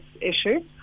issue